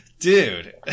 Dude